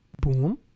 boom